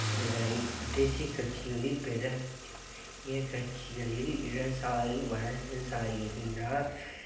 தேசிய கட்சிகளை பெற நிறைய கட்சிகளில் இடதுசாரி வலதுசாரி எப்படின்னால்